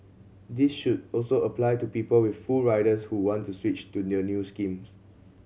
this should also apply to people with full riders who want to switch to the new schemes